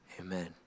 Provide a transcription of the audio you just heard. Amen